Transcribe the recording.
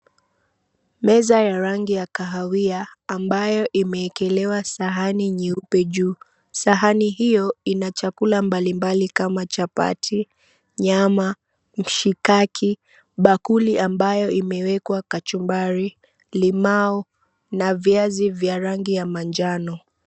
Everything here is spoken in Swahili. Meza ya rangi ya kahawia ambayo imeekelewa sahani nyeupe juu. Sahani hiyo ina chakula mbalimbali kama chapati, nyama, mshikaki, bakuli ambayo imewekwa kachumbari, limau, na viazi vya rangi ya manjano.